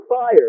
fire